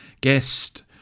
guest